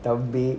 தம்பி:thambi